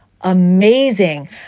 amazing